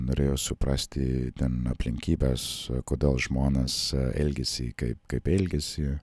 norėjau suprasti ten aplinkybes kodėl žmonės elgiasi kaip kaip elgiasi